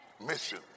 Mission